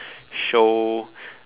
show